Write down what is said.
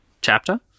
chapter